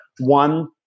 one